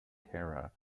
terra